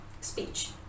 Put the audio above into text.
speech